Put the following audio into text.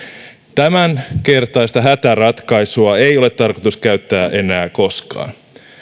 tämänkertaista hätäratkaisua ei ole tarkoitus käyttää enää koskaan